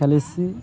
ಕಲಿಸಿ